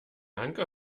anker